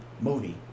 movie